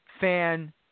fan